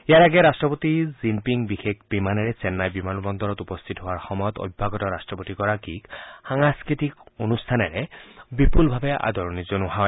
ইয়াৰ আগেয়ে ৰাট্ট্পতি জিনপিং বিশেষ বিমানেৰে চেন্নাই বিমান বন্দৰত উপস্থিত হোৱাৰ সময়ত অভ্যাগত ৰাষ্ট্ৰপতিগৰাকীক সাংস্কৃতিক অনুষ্ঠানেৰে বিপুলভাৱে আদৰণী জনোৱা হয়